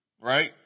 right